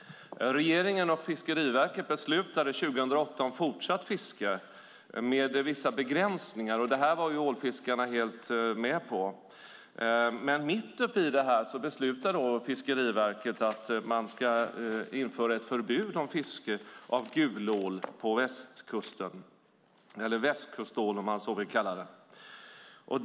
Regeringen och Fiskeriverket beslutade 2008 om fortsatt fiske med vissa begränsningar. Det var ålfiskarna helt med på. Men mitt upp i detta beslutar Fiskeriverket att införa ett förbud mot fiske av gulål eller västkustål, om man så vill kalla det.